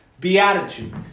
Beatitude